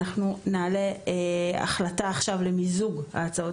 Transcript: אנחנו נעלה החלטה עכשיו למיזוג ההצעות